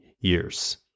years